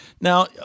Now